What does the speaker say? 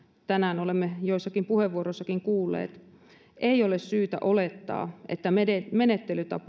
tänään olemme joissakin puheenvuoroissakin kuulleet ei ole syytä olettaa että menettelytapoja